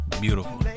Beautiful